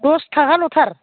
दस थाखाल'थार